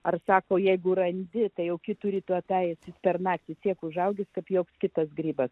ar sako jeigu randėjate jauki turite teisę per naktį tiek užaugęs kaip joks kitas grybas